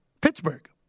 Pittsburgh